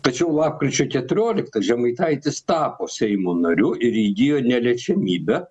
tačiau lapkričio keturioliktą žemaitaitis tapo seimo nariu ir įgijo neliečiamybę